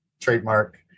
trademark